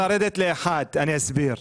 צריך לרדת לאחת ואני אסביר.